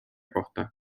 kohta